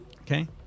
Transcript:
Okay